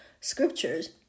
scriptures